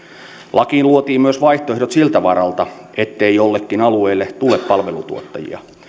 lakiin luotiin myös vaihtoehdot siltä varalta ettei jollekin alueelle tule palvelutuottajia